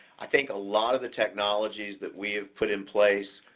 i think a lot of the technologies that we have put in place,